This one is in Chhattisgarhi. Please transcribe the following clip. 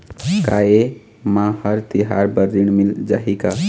का ये मा हर तिहार बर ऋण मिल जाही का?